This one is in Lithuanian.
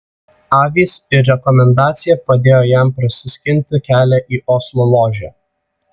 avys ir rekomendacija padėjo jam prasiskinti kelią į oslo ložę